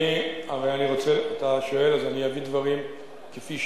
אתה שואל, אז אני אביא דברים כהווייתם.